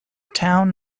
town